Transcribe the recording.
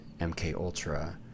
MKUltra